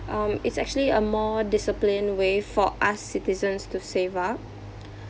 um it's actually a more disciplined way for us citizens to save up